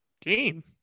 game